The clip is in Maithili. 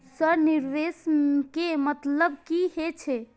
सर निवेश के मतलब की हे छे?